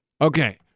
Okay